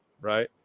Right